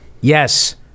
Yes